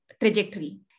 trajectory